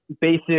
basic